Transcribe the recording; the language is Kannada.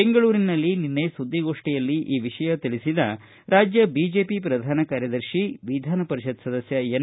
ಬೆಂಗಳೂರಿನಲ್ಲಿ ನಿನ್ನೆ ಸುದ್ದಿಗೋಷ್ಠಿಯಲ್ಲಿ ಈ ವಿಷಯ ತಿಳಿಸಿದ ರಾಜ್ಯ ಬಿಜೆಪಿ ಪ್ರಧಾನ ಕಾರ್ಯದರ್ಶಿ ವಿಧಾನ ಪರಿಷತ್ ಸದಸ್ಯ ಎನ್